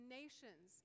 nations